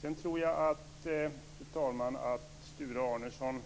Sedan tror jag, fru talman, att Sture Arnesson